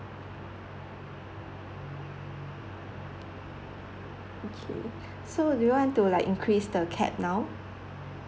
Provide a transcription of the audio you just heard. okay so do you want to like increase the cap now